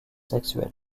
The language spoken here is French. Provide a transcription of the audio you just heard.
sexuels